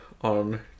on